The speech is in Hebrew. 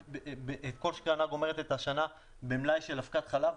כל שנה גומרת את השנה במלאי של אבקת חלב.